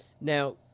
Now